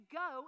go